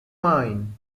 mine